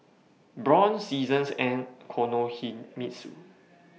Braun Seasons and Kinohimitsu